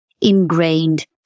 ingrained